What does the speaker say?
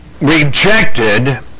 rejected